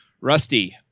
Rusty